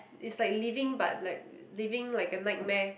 is like living but like living like a nightmare